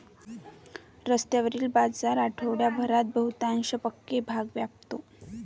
रस्त्यावरील बाजार आठवडाभरात बहुतांश पक्के भाग व्यापतो